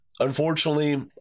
Unfortunately